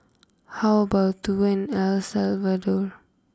how about a tour in El Salvador